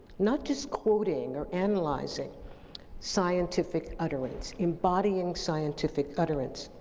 not just quoting or analyzing scientific utterance, embodying scientific utterance,